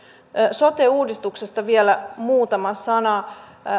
sote uudistuksesta vielä muutama sana